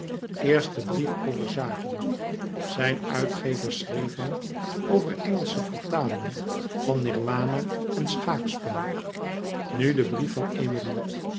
de brief over zaken zijn uitgever schreef hem over engelsche vertalingen van nirwana en schaakspel nu de brief van emilie